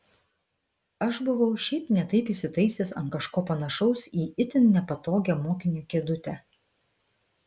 aš buvau šiaip ne taip įsitaisęs ant kažko panašaus į itin nepatogią mokinio kėdutę